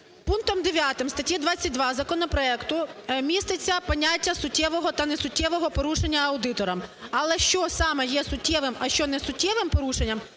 Пунктом 9 статті 22 законопроекту міститься поняття суттєвого та несуттєвого порушення аудитором. Але, що саме є суттєвим, а що несуттєвим порушенням,